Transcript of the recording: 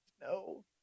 No